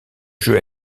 jeu